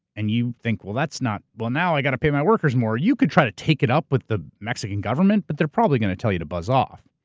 and you think, well, that's not. well, now i got to pay my workers more. you could try to take it up with the mexican government, but they're probably going to tell you to buzz off.